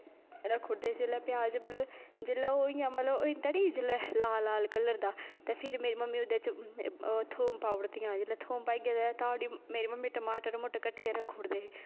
रक्खी ओड़दे हे जेल्लै प्याज मतलब जेल्लै ओह् इ'यां मतलब होई जंदा नेईं जेल्लै लाल लाल कलर दा ते फिर मेरी मम्मी ओह्दे च थोम पाई ओड़दियां जेल्लै थोम पाइयै तां मेरी मम्मी टमाटर टूमाटर कट्टियै रक्खी ओड़दे हे